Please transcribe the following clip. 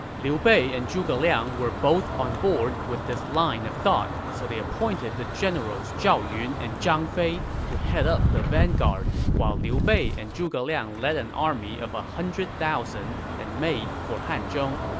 liu bei and zhuge liang were both on board with this line of thought, so they appointed the generals zhao yun and zhang fei to head up the vanguard, while liu bei and zhuge liang led an army of one hundred thousand and made for hanzhong